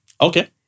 Okay